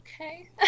okay